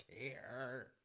care